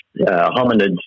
hominids